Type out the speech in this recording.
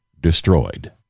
destroyed